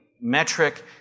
metric